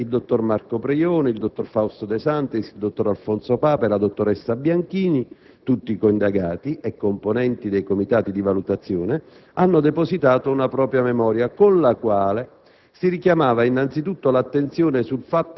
In data 17 maggio 2007, il dottor Marco Preioni, il dottor Fausto De Santis, il dottor Alfonso Papa e la dottoressa Bianchini - tutti coindagati e componenti del comitato di valutazione - hanno depositato una propria memoria, con la quale